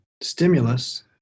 stimulus